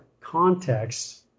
context